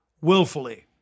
willfully